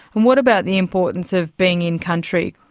and what about the importance of being in country?